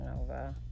over